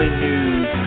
News